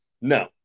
No